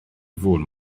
fôn